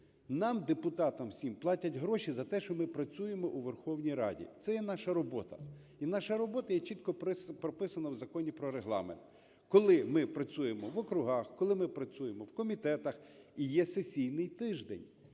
Нам, депутатам, всім платять гроші за те, що ми працюємо у Верховній Раді. Це є наша робота. І наша робота є чітко прописана в Законі про Регламент. Коли ми працюємо в округах, коли ми працюємо в комітетах, і є сесійний тиждень,